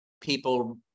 people